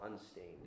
unstained